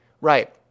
Right